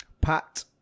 Pat